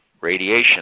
radiation